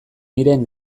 miren